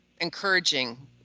encouraging